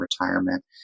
retirement